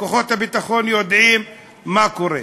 כוחות הביטחון יודעים מה קורה.